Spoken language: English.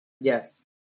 yes